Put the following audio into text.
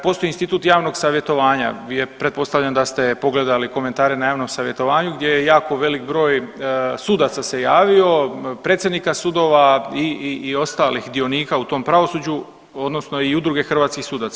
Postoji institut javnog savjetovanja, vi pretpostavljam da ste pogledali komentare na javnom savjetovanju gdje jako veliki broj sudaca se javio, predsjednika sudova i ostalih dionika u tom pravosuđu odnosno i Udruge hrvatskih sudaca.